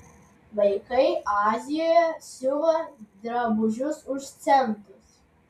vaikai azijoje siuva drabužius už centus